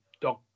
dog